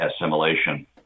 assimilation